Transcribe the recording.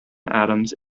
atoms